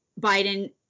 Biden